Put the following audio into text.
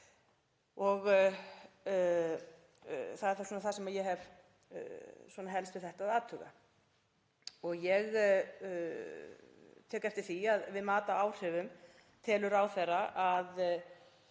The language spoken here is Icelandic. Það er það sem ég hef helst við þetta að athuga. Ég tek eftir því að við mat á áhrifum telur ráðherra að